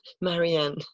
Marianne